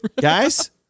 guys